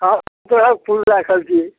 हँ सब तरहक फूल राखल छै